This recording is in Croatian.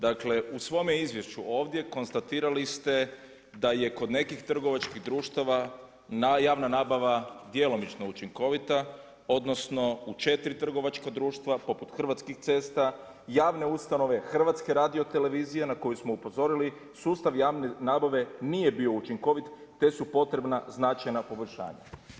Dakle u svome izvješću ovdje konstatirali ste da je kod nekih trgovačkih društava javna nabava djelomično učinkovita odnosno u četiri trgovačkih društava poput Hrvatskih cesta, javne ustanove HRT-a na koju smo upozorili sustav javne nabave nije bio učinkovit te su potrebna značajna poboljšanja.